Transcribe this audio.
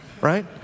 right